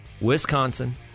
Wisconsin